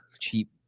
cheap